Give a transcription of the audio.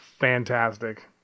fantastic